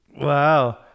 Wow